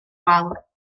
wal